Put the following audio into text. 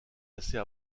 assez